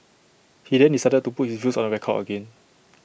he then decided to put his views on the record again